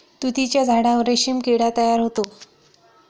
तुतीच्या झाडावर रेशीम किडा तयार होतो